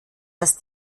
dass